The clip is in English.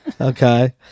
okay